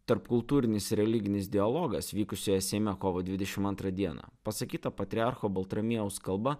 tarpkultūrinis religinis dialogas vykusioje seime kovo dvidešim antrą dieną pasakyta patriarcho baltramiejaus kalba